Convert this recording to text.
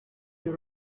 you